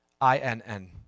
I-N-N